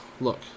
Look